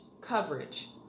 coverage